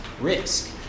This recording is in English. risk